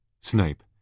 Snape